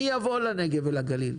מי יבוא לנגב ולגליל?